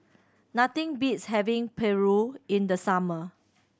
nothing beats having paru in the summer